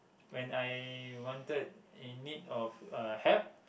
when I wanted in need of uh help